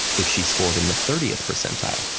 if she scored in the thirtieth percentile,